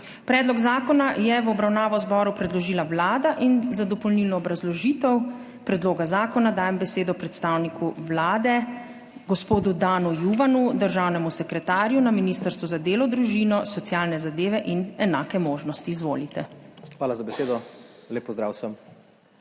Predlog zakona je v obravnavo zboru predložila Vlada. Za dopolnilno obrazložitev predloga zakona dajem besedo predstavniku Vlade gospodu Danu Juvanu, državnemu sekretarju na Ministrstvu za delo, družino, socialne zadeve in enake možnosti. Izvolite. DAN JUVAN (državni